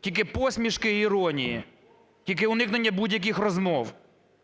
Тільки посмішки і іронії, тільки уникнення будь-яких розмов.